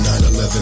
9-11